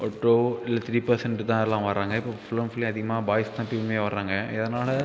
ஒரு டூ இல்லை three percent தான் எல்லாம் வராங்க இப்போ ஃபுல் அண்ட் ஃபுல்லி அதிகமாக பாய்ஸ் தான் டீம்லேயே வராங்க எதனால்